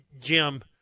Jim